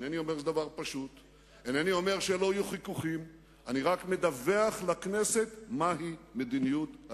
שם קיימנו ישיבת